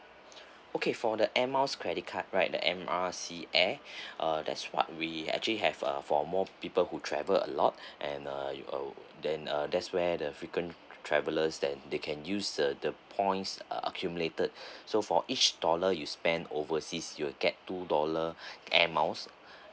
okay for the air miles credit card right the M_R_C air uh that's what we actually have uh for more people who travel a lot and uh you then uh that's where the frequent travellers that they can use the the points are accumulated so for each dollar you spent overseas you'll get two dollar air miles